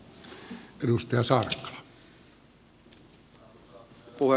arvoisa herra puhemies